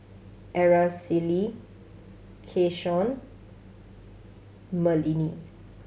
Aracely Keshawn Merlene